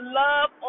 love